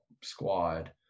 squad